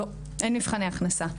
לא, אין מבחני הכנסה.